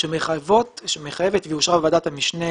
שמחייבת היא אושרה בוועדת המשנה